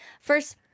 First